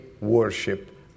worship